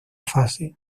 fase